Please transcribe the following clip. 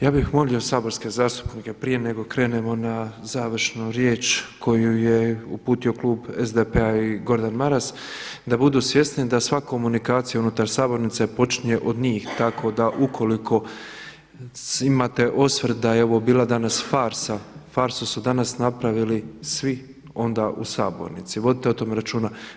Ja bih molio saborske zastupnike prije nego krenemo na završnu riječ koju je uputio Klub SDP-a i Gordan Maras da budu svjesni da sva komunikacija unutar Sabornice počinje od njih da ukoliko imate osvrt da je ovo bila danas farsa farsu su danas napravili svi onda u Sabornici, vodite o tome računa.